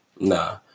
Nah